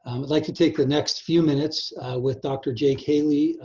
i'd like to take the next few minutes with dr. jake haley,